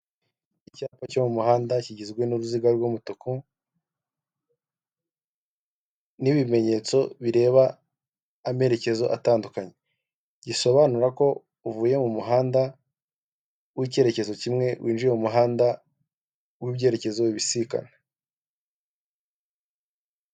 Icyapa cyo mu muhanda kigizwe n'uruziga rw'umutuku n'iibimenyetso bireba amerekezo atandukanye, gisobanura ko uvuye mu muhanda w'icyerekezo kimwe winjiye mu muhanda wibyerekezo bibisikana.